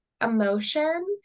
emotion